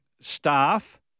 staff